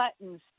buttons